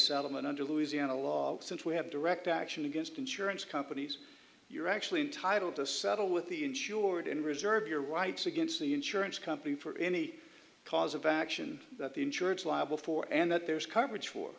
settlement under louisiana law since we have direct action against insurance companies you're actually entitle to settle with the insured in reserve your rights against the insurance company for any cause of action that the insurance liable for and that there's coverage for